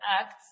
acts